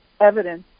evidence